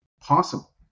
possible